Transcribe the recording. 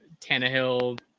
Tannehill